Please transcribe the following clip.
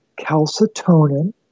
calcitonin